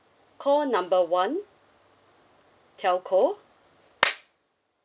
call number one telco